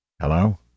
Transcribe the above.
Hello